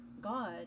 God